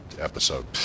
episode